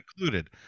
included